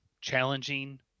challenging